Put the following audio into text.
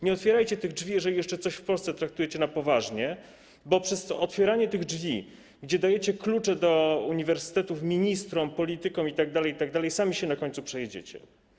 Nie otwierajcie tych drzwi, jeżeli jeszcze coś w Polsce traktujecie poważnie, bo na otwieraniu tych drzwi, gdzie dajecie klucze do uniwersytetów ministrom, politykom itd., sami się na końcu przejedziecie.